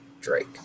Drake